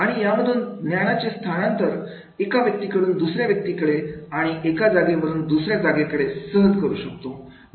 आणि यामधून ज्ञानाचे स्थानांतर एका व्यक्तीकडून दुसऱ्या व्यक्तीकडे आणि एका जागेवरून दुसऱ्या जागेकडे सहज करू शकतो